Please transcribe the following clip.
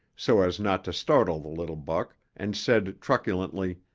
so as not to startle the little buck, and said truculently,